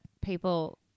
people